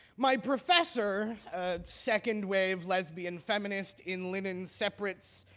my professor, a second wave lesbian feminist in linen separates,